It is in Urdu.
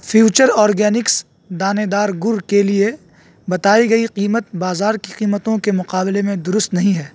فیوچر اورگینکس دانےدار گڑ کے لیے بتائی گئی قیمت بازار کی قیمتوں کے مقابلے میں درست نہیں ہے